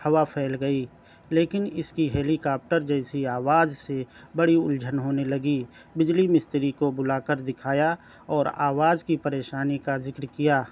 ہوا پھیل گئی لیکن اس کی ہیلیکاپٹر جیسی آواز سے بڑی الجھن ہونے لگی بجلی مستری کو بلا کر دکھایا اور آواز کی پریشانی کا ذکر کیا